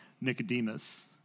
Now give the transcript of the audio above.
Nicodemus